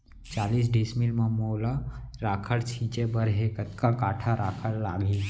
चालीस डिसमिल म मोला राखड़ छिंचे बर हे कतका काठा राखड़ लागही?